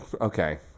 Okay